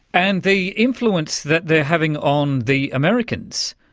and the influence that they are having on the americans,